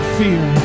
fear